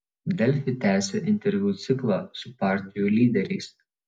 delfi tęsia interviu ciklą su partijų lyderiais